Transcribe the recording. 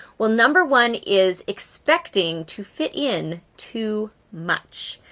well, number one is expecting to fit in too much.